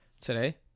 Today